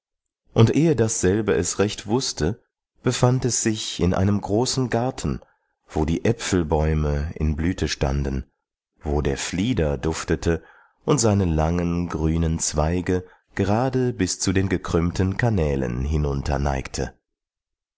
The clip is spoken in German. und ehe dasselbe es recht wußte befand es sich in einem großen garten wo die äpfelbäume in blüte standen wo der flieder duftete und seine langen grünen zweige gerade bis zu den gekrümmten kanälen